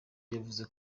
yavuze